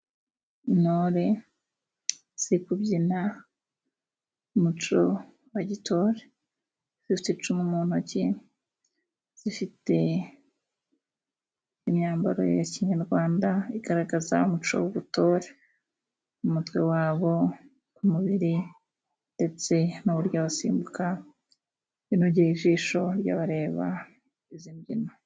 Intore zikubyina mu muco wa gitore, zifite icumu mu ntoki, zifite imyambaro ya kinyarwanda igaragaza umuco w'ubutore, umutwe wabo, ku mubiri ndetse n'uburyo basimbuka binogeye ijisho ry'bareba izi mbyino.